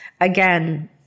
again